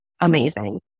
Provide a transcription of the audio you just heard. amazing